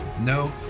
No